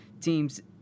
teams